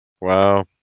Wow